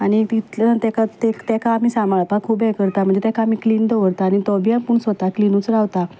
आनी तेका तेका आमी सांबाळपाक खूब हें करता तेका आमी क्लीन दवरता आनी तो बी आपूण स्वता क्लीनूच रावता